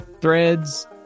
threads